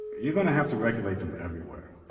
you're going to have to regulate them everywhere.